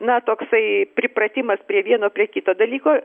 na toksai pripratimas prie vieno prie kito dalyko